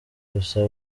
gusa